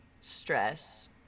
stress